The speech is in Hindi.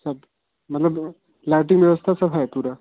सब मतलब लाइटिंग व्यवस्था सब है पूरी